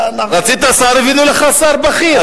רצית שר, הבאנו לך שר בכיר.